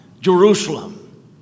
Jerusalem